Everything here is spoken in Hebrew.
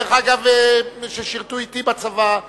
דרך אגב, אנשים ששירתו אתי בצבא,